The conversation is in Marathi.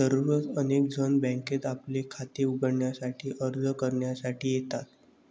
दररोज अनेक जण बँकेत आपले खाते उघडण्यासाठी अर्ज करण्यासाठी येतात